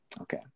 Okay